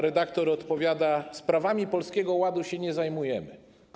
Redaktor odpowiada: Sprawami Polskiego Ładu się nie zajmujemy.